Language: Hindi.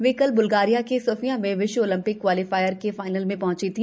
वे कल ब्ल्गारिया के सोफिया में विश्व ओलं िक क्वालीफायर के फाइनल में हंची थी